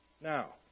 Now